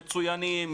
מצוינים,